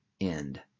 end